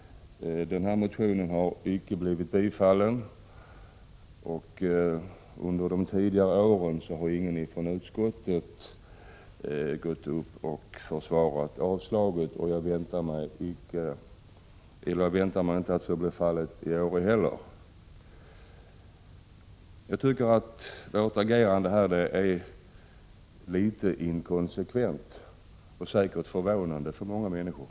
Motionen har icke tillstyrkts. Under tidigare år har ingen från utskottet gått upp och försvarat avstyrkandet, och jag väntar mig inte något annat i år heller. Jag tycker att vårt agerande är litet inkonsekvent — och säkert förvånande för många människor.